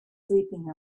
sleeping